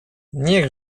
niech